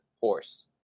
horse